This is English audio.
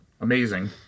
amazing